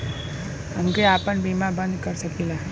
हमके आपन बीमा बन्द कर सकीला?